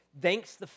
thanks